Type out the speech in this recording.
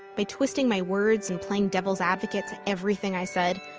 by twisting my words and playing devil's advocate to everything i said,